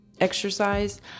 exercise